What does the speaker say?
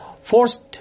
Forced